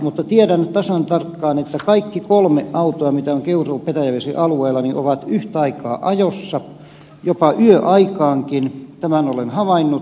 mutta tiedän tasan tarkkaan että kaikki kolme autoa mitä on keuruupetäjävesi alueella ovat yhtä aikaa ajossa jopa yöaikaankin tämän olen havainnut